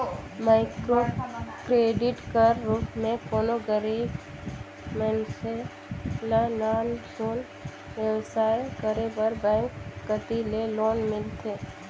micro credit कर रूप में कोनो गरीब मइनसे ल नान सुन बेवसाय करे बर बेंक कती ले लोन मिलथे